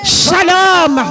shalom